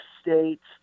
states